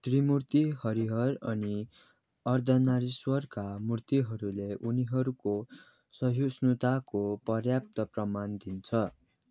त्रिमूर्ति हरिहर अनि अर्धनारीश्वरका मूर्तिहरूले उनीहरूको सहिष्णुताको पर्याप्त प्रमाण दिन्छ